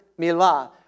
Milah